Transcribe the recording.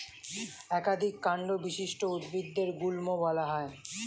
একাধিক কান্ড বিশিষ্ট উদ্ভিদদের গুল্ম বলা হয়